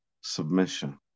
submission